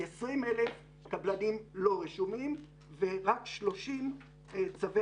כ-20,000 קבלנים לא רשומים ורק 30 צווי